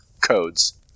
codes